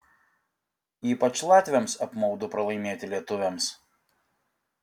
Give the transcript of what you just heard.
ypač latviams apmaudu pralaimėti lietuviams